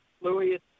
Louis